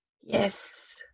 yes